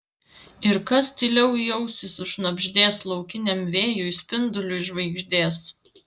ir kas tyliau į ausį sušnabždės laukiniam vėjui spinduliui žvaigždės